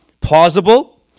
plausible